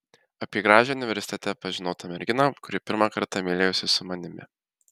apie gražią universitete pažinotą merginą kuri pirmą kartą mylėjosi su manimi